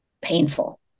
painful